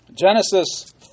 Genesis